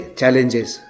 challenges